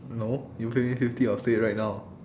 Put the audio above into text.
no you pay me fifty I'll say it right now